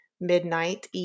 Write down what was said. midnight